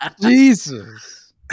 Jesus